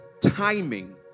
timing